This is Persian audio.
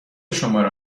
شماره